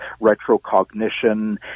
retrocognition